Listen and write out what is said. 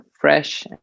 fresh